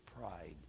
pride